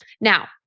now